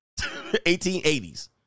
1880s